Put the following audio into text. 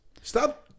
Stop